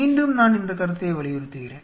மீண்டும் நான் இந்தக் கருத்தை வலியுறுத்துகிறேன்